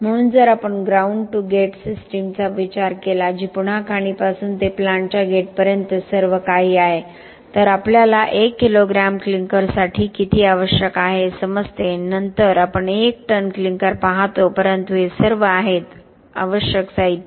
म्हणून जर आपण ग्राउंड टू गेट सिस्टीमचा विचार केला जी पुन्हा खाणीपासून ते प्लांटच्या गेटपर्यंत सर्व काही आहे तर आपल्याला एक किलोग्रॅम क्लिंकरसाठी किती आवश्यक आहे हे समजते नंतर आपण 1 टन क्लिंकर पाहतो परंतु हे सर्व आहेत आवश्यक साहित्य